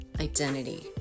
identity